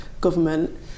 government